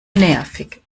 nervig